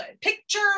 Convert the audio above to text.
Picture